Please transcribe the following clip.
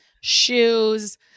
shoes